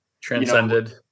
transcended